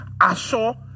assure